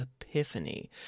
Epiphany